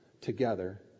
together